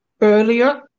earlier